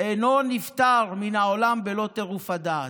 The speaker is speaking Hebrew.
אינו נפטר מן העולם בלא טירוף הדעת".